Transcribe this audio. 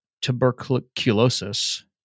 tuberculosis